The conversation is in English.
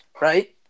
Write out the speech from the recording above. right